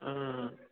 ꯑꯥ